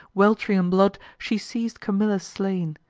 welt'ring in blood, she sees camilla slain,